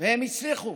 והם הצליחו,